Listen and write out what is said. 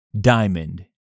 Diamond